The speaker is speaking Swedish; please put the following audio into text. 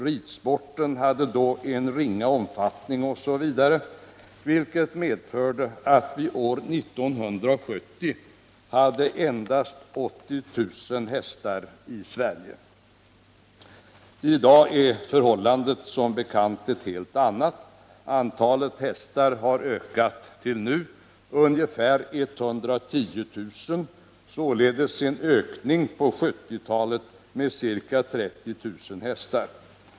Ridsporten hade då en ringa omfattning osv., vilket medförde att vi år 1970 endast hade ca 80 000 hästar i Sverige. I dag är förhållandet som bekant ett helt annat. Antalet hästar har ökat till ungefär 110 000, således en ökning på 1970-talet med ca 30 000 hästar.